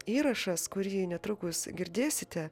įrašas kurį netrukus girdėsite